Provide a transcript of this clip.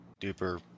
duper